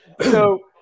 So-